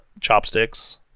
chopsticks